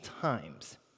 times